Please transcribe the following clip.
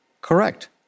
Correct